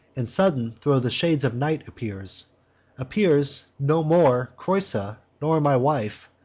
and sudden thro' the shades of night appears appears, no more creusa, nor my wife,